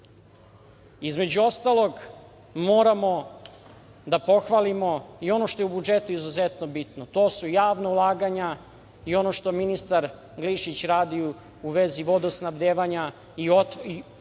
ostalog, moramo da pohvalimo i ono što je u budžetu izuzetno bitno. To su javna ulaganja i ono što ministar Glišić radi u vezi vodosnadbevanja i prosto